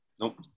Nope